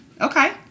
Okay